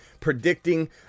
predicting